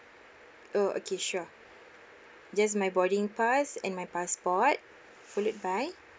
oh okay sure just my boarding pass and my passport bullet bind